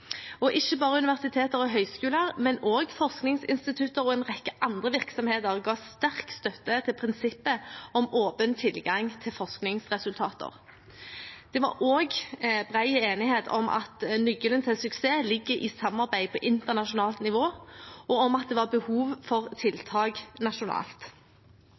og ikke bare universiteter og høyskoler, men også forskningsinstitutter og en rekke andre virksomheter ga sterk støtte til prinsippet om åpen tilgang til forskningsresultater. Det var også bred enighet om at nøkkelen til suksess ligger i samarbeid på internasjonalt nivå, og at det var behov for tiltak nasjonalt.